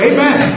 Amen